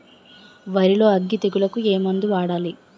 వరిలో అగ్గి తెగులకి ఏ మందు వాడాలి?